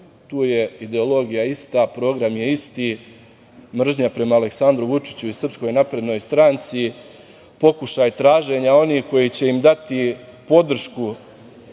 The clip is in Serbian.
Tu je ideologija ista, program je isti, mržnja prema Aleksandru Vučiću i SNS, pokušaj traženja onih koji će im dati podršku